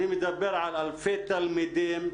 אני מדבר על אלפי תלמידים,